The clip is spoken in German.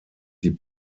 die